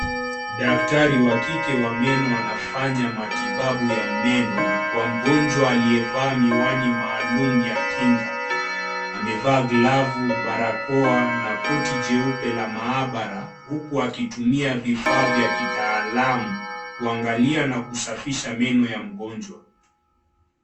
Daktari wa kike wa meno anafanya matibabu ya meno kwa mgonjwa aliyevaa miwani maalum ya kinga amevaa glavu barakoa na koti jeupe la maabara huku akitumia vifaa vya kitaalamu kuangalia na kusafisha meno ya mgonjwa.